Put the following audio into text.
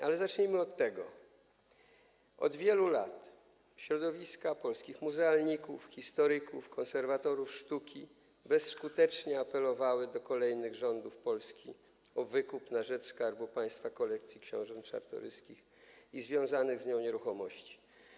Ale zacznijmy od tego: Od wielu lat środowiska polskich muzealników, historyków, konserwatorów sztuki bezskutecznie apelowały do kolejnych rządów Polski o wykup na rzecz Skarbu Państwa kolekcji książąt Czartoryskich i związanych z nią nieruchomości.